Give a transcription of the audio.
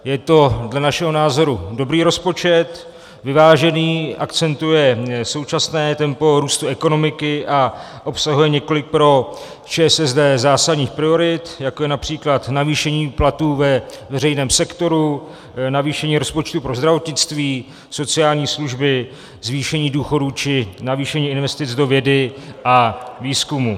Je to dle našeho názoru dobrý rozpočet, vyvážený, akcentuje současné tempo růstu ekonomiky a obsahuje několik pro ČSSD zásadních priorit, jako je například navýšení platů ve veřejném sektoru, navýšení rozpočtu pro zdravotnictví, sociální služby, zvýšení důchodů či navýšení investic do vědy a výzkumu.